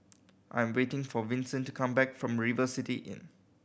I am waiting for Vinson to come back from River City Inn